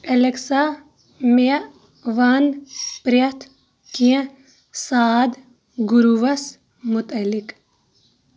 Alexa مےٚ وَن پرٛٮ۪تھ کیٚنٛہہ ساد گوروٗ ہَس مُتعلِق